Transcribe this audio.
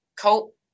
cope